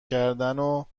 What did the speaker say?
کردنو